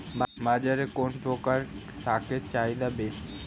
বাজারে কোন প্রকার শাকের চাহিদা বেশী?